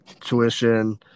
tuition